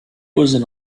was